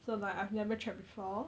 so like I've never tried before